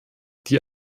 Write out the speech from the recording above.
die